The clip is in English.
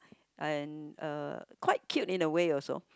and uh quite cute in a way also